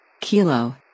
Kilo